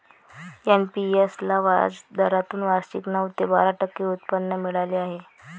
NPS ला व्याजदरातून वार्षिक नऊ ते बारा टक्के उत्पन्न मिळाले आहे